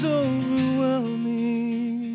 overwhelming